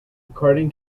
according